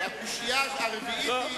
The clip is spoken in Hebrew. מה היא תגיד לראשי הרשויות בדיון על שנת תקציב?